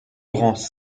grands